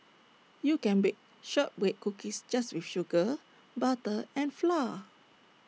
you can bake Shortbread Cookies just with sugar butter and flour